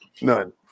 none